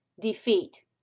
defeat